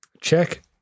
Check